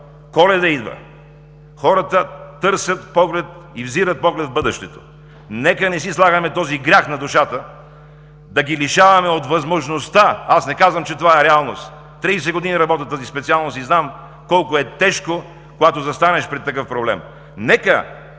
Коледа. Хората търсят, взират поглед в бъдещето. Нека не си слагаме греха на душата да ги лишим от възможността – не казвам, че това е реалност, 30 години работя в тази специалност и знам колко е тежко, когато застанеш пред такъв проблем